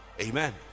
amen